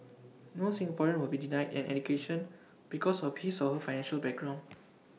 no Singaporean will be denied an education because of his or her financial background